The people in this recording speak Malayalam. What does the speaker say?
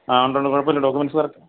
ആ ഉണ്ട് ഉണ്ട് കുഴപ്പമില്ല ഡോക്യൂമെൻ്റസ്